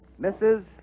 Mrs